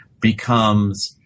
becomes